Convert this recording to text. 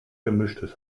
gemischtes